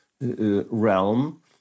realm